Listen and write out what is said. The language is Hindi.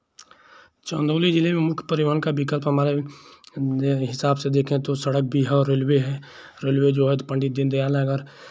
चन्दौली जिले में मुख्य परिवहन का विकल्प हमारे हिसाब से देखें तो सड़क भी है और रेलवे है रेलवे जो है पंडित दीनदयाल नगर